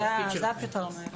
זה הפתרון.